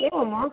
एवं वा